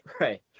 right